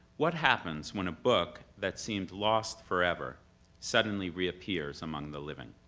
what happens when a book that seemed lost forever suddenly reappears among the living?